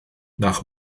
nach